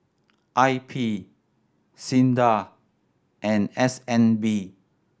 I P SINDA and S N B